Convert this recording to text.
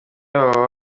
baba